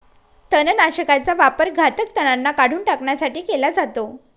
तणनाशकाचा वापर घातक तणांना काढून टाकण्यासाठी केला जातो